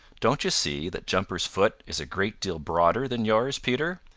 don't you see that jumper's foot is a great deal broader than yours, peter,